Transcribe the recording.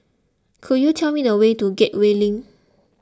could you tell me the way to Gateway Link